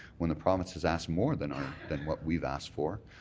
when the province has asked more than ah than what we've asked for,